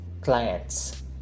clients